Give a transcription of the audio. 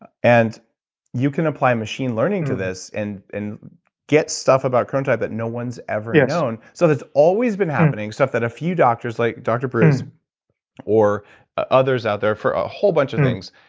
and you can apply machine learning to this, and get stuff about chronotype that no one's ever known, so that's always been happening. stuff that a few doctors, like dr. breus or others out there for a whole bunch of things,